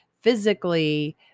physically